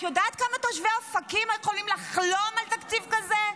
את יודעת כמה תושבי אופקים יכולים לחלום על תקציב כזה?